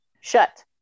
shut